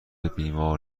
بیمار